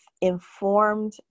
informed